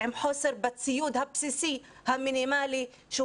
עם חוסר בציוד הבסיסי המינימלי שהוא